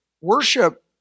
worship